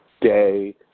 day